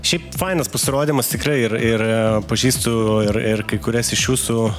šiaip fainas pasirodymas tikrai ir ir pažįstu ir ir kai kurias iš jūsų